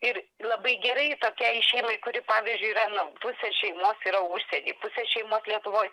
ir labai gerai tokiai šeimai kuri pavyzdžiui yra pusė šeimos yra užsieny pusė šeimos lietuvoj